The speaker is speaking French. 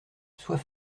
sois